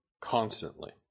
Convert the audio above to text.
Constantly